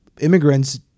immigrants